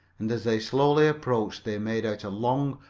and as they slowly approached they made out a long,